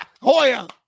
Hoya